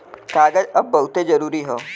कागज अब बहुते जरुरी हौ